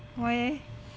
why leh